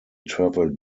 traveled